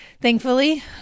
Thankfully